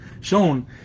shown